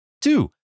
Two